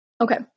Okay